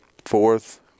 Fourth